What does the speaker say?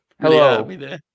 Hello